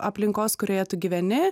aplinkos kurioje tu gyveni